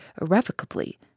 irrevocably